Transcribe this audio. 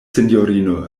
sinjorino